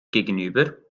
gegenüber